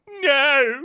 No